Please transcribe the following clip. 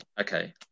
Okay